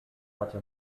hatte